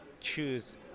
choose